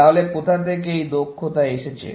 তাহলে কোথা থেকে এই দক্ষতা এসেছে